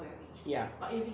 ya